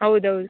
ಹೌದೌದು